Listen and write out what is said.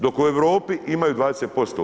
Dok u Europi imaju 20%